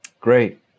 Great